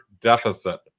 deficit